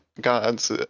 gods